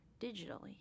digitally